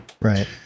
Right